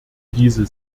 diese